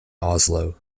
oslo